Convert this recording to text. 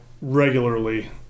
regularly